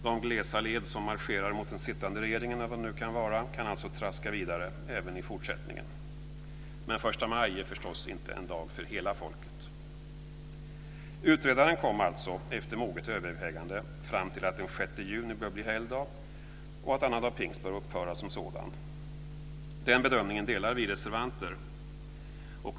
De glesa led som marscherar mot den sittande regeringen, eller vad det nu kan vara, kan alltså traska vidare även i fortsättningen. Men förstamaj är förstås inte en dag för hela folket. Utredaren kom alltså efter moget övervägande fram till att den 6 juni bör bli helgdag och att annandag pingst bör upphöra som sådan. Den bedömningen delar vi reservanter.